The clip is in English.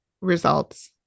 results